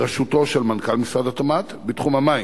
בראשות מנכ"ל משרד התמ"ת, בתחום המים.